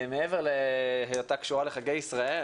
מעבר להיותה קשורה לחגי ישראל,